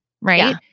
right